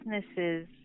businesses